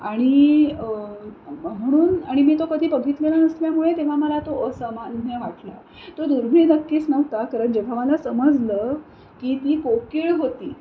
आणि म्हणून आणि मी तो कधी बघितलेला नसल्यामुळे तेव्हा मला तो असमान्य वाटला तो दुर्मिळ नक्कीच नव्हता कारण जेव्हा मला समजलं की ती कोकीळ होती